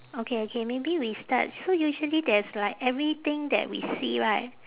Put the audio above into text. okay okay maybe we start so usually there's like everything that we see right